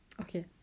Okay